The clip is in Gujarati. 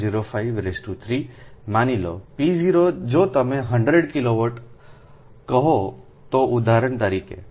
053 માની લો p0 જો તમે 100 કિલોવોટ કહો તો ઉદાહરણ તરીકે